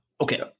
Okay